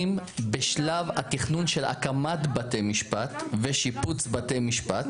בשלב התכנון של הקמת בתי משפט ושיפוץ בתי משפט.